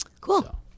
Cool